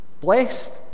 Blessed